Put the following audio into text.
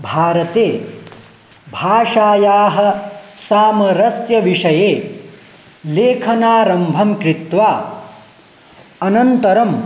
भारते भाषायाः सामरस्य विषये लेखनारम्भं कृत्वा अनन्तरम्